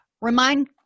Remind